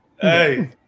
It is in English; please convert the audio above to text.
Hey